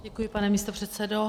Děkuji, pane místopředsedo.